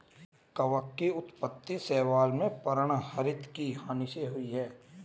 कवक की उत्पत्ति शैवाल में पर्णहरित की हानि होने से हुई है